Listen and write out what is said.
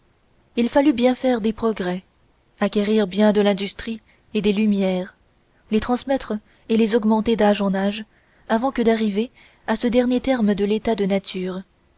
il fallut faire bien des progrès acquérir bien de l'industrie et des lumières les transmettre et les augmenter d'âge en âge avant que d'arriver à ce dernier terme de l'état de nature